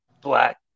black